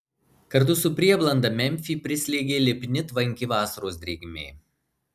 kartu su prieblanda memfį prislėgė lipni tvanki vasaros drėgmė